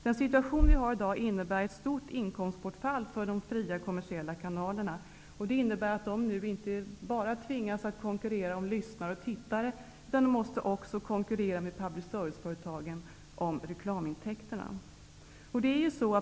Den situation som vi har i dag innebär ett stort inkomstbortfall för de fria kommersiella kanalerna. De tvingas nu inte bara att konkurrera om lyssnare och tittare, utan de måste också konkurrera med public service-företagen om reklamintäkterna.